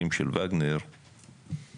בהקשר לבקשות שהגשתם,